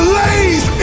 lays